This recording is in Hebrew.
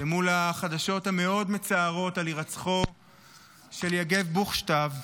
מול החדשות המאוד-מצערות על הירצחו של יגל בוכשטב,